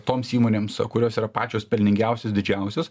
toms įmonėms kurios yra pačios pelningiausios didžiausios